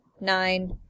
nine